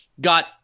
got